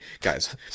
guys